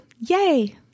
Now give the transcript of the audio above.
yay